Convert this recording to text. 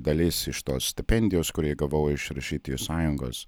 dalis iš tos stipendijos kurią gavau iš rašytojų sąjungos